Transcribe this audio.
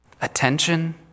attention